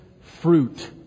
fruit